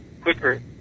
quicker